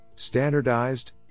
standardized